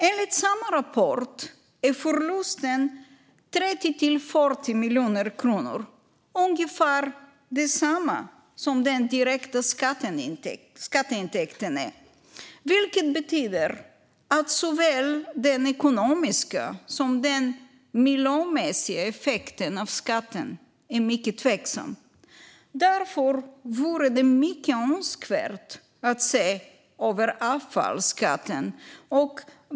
Enligt samma rapport är förlusten 30-40 miljoner kronor, ungefär detsamma som den direkta skatteintäkten, vilket betyder att såväl den ekonomiska som den miljömässiga effekten av skatten är mycket tveksam. Därför vore det mycket önskvärt att se över avfallsskatten.